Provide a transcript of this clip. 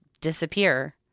disappear